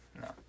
no